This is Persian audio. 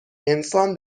انسان